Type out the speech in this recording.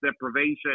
deprivation